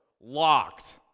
Locked